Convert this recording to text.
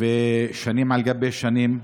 שנים על גבי שנים.